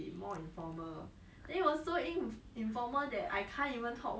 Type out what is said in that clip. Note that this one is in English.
I heard I heard that it turned into a normal conversation